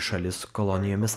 šalis kolonijomis